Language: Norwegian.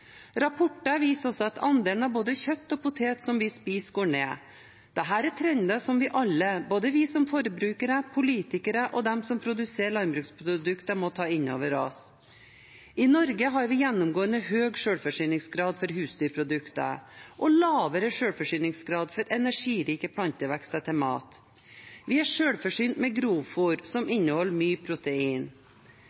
Rapporter viser også at andelen av både kjøtt og potet som vi spiser, går ned. Dette er trender som vi alle, både vi som forbrukere, politikere og de som produserer landbruksprodukter, må ta inn over oss. I Norge har vi gjennomgående høy selvforsyningsgrad for husdyrprodukter og lavere selvforsyningsgrad for energirike plantevekster til mat. Vi er selvforsynte med grovfôr, som